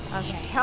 okay